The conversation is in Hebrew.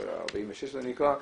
46 זה נקרא,